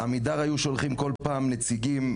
עמידר היו שולחים כל פעם נציגים,